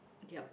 ya